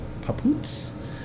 papoots